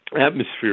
atmosphere